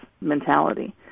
mentality